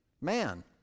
man